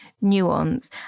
nuance